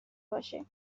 باشه